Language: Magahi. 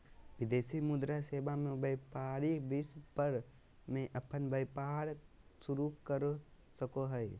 विदेशी मुद्रा सेवा मे व्यपारी विश्व भर मे अपन व्यपार शुरू कर सको हय